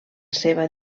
seva